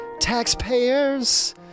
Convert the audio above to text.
taxpayers